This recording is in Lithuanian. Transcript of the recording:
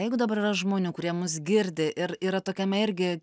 jeigu dabar yra žmonių kurie mus girdi ir yra tokiame irgi